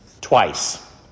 Twice